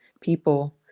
people